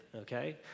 okay